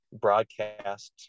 broadcast